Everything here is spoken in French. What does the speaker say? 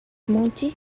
menti